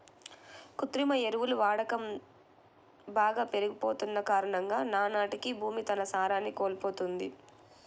కృత్రిమ ఎరువుల వాడకం బాగా పెరిగిపోతన్న కారణంగా నానాటికీ భూమి తన సారాన్ని కోల్పోతంది